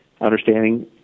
understanding